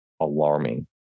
alarming